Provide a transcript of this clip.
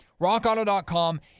RockAuto.com